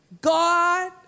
God